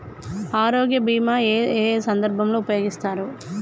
ఆరోగ్య బీమా ఏ ఏ సందర్భంలో ఉపయోగిస్తారు?